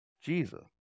jesus